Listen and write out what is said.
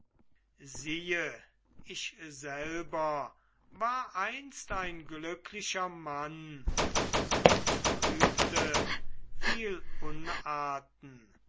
siehe ich selber war einst ein glücklicher mann und verübte viel unarten